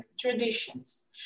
traditions